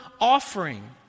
offering